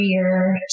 career